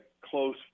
close